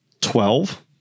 Twelve